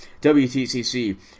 WTCC